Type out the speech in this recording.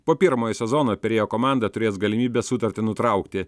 po pirmojo sezono pirėjo komanda turės galimybę sutartį nutraukti